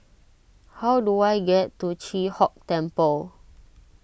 how do I get to Chi Hock Temple